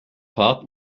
fahrt